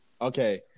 Okay